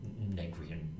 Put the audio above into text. negrian